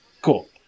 cool